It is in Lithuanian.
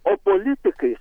o politikais